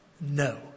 No